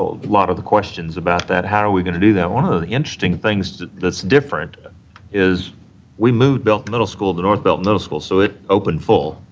a lot of the questions about that. how are we going to do that? one of the interesting things that's different is we moved belton middle school to the north belton middle school, so, it opened full,